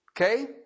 Okay